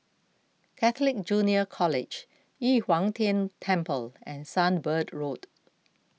Catholic Junior College Yu Huang Tian Temple and Sunbird Road